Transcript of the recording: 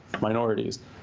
minorities